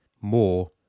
more